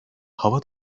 hava